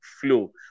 flow